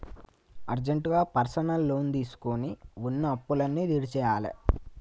అర్జెంటుగా personal loan తీసుకొని వున్న అప్పులన్నీ తీర్చేయ్యాలే